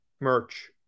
merch